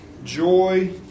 Joy